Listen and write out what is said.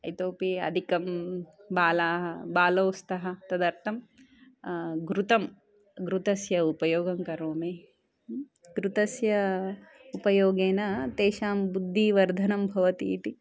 इतोऽपि अधिकं बालाः बालौ स्तः तदर्थं घृतं घृतस्य उपयोगं करोमि घृतस्य उपयोगेन तेषां बुद्धेः वर्धनं भवति इति